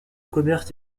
commerce